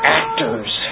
actors